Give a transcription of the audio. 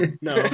no